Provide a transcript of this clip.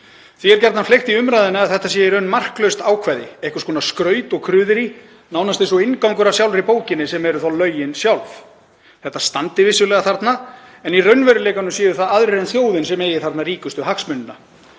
Því er gjarnan fleygt í umræðunni að þetta sé í raun marklaust ákvæði, einhvers konar skraut og kruðerí, nánast eins og inngangur að sjálfri bókinni, sem eru þá lögin sjálf. Þetta standi vissulega þarna en í raunveruleikanum séu það aðrir en þjóðin sem eigi þarna ríkustu hagsmunina.